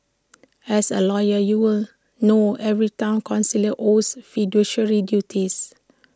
as A lawyer you will know every Town councillor owes fiduciary duties